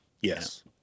Yes